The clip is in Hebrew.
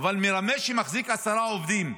אבל זה מרמה שמחזיק עשרה עובדים.